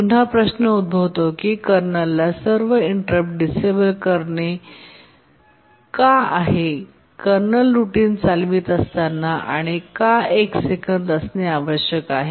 पुन्हा प्रश्न उद्भवतो की कर्नलला सर्व इंटरप्ट डिसेबल करणे का आहे कर्नल रूटीन चालवित असताना आणि का एक सेकंद असणे आवश्यक आहे